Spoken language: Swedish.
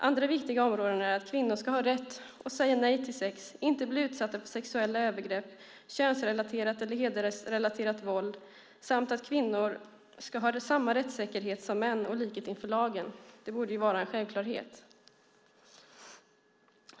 Andra viktiga områden är att kvinnor ska ha rätt att säga nej till sex, inte bli utsatta för sexuella övergrepp, könsrelaterat eller hedersrelaterat våld samt att kvinnor ska ha samma rättsäkerhet som män och likhet inför lagen. Det borde vara en självklarhet.